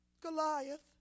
Goliath